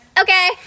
Okay